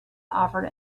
offered